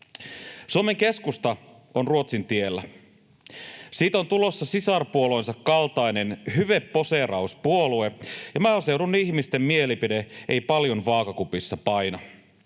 Suomen Keskusta on Ruotsin tiellä. Siitä on tulossa sisarpuolueensa kaltainen hyveposeerauspuolue, ja maaseudun ihmisten mielipide ei paljon vaakakupissa paina.